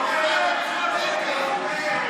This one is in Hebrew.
בואו נצא,